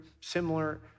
similar